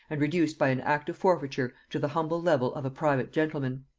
and reduced by an act of forfeiture to the humble level of a private gentleman.